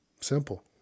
Simple